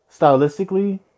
stylistically